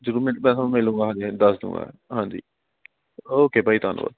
ਜ਼ਰੂਰ ਮਿਲ ਮੈਂ ਤੁਹਾਨੂੰ ਮਿਲ ਲਊਂਗਾ ਹਾਂਜੀ ਹਾਂਜੀ ਦੱਸ ਦੂੰਗਾ ਹਾਂਜੀ ਓਕੇ ਬਾਏ ਧੰਨਵਾਦ